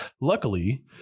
luckily